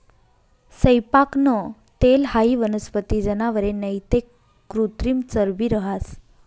सैयपाकनं तेल हाई वनस्पती, जनावरे नैते कृत्रिम चरबी रहास